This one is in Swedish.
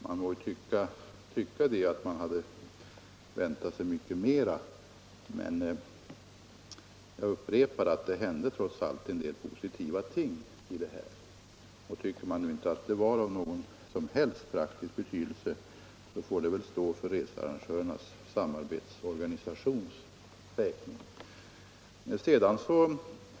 Man må ha väntat sig mycket mera, men jag upprepar att det trots allt hände en del positiva ting. Anser man att detta inte var av någon som helst praktisk betydelse, får väl det uttalandet stå för Researrangörernas samarbetsorganisations räkning.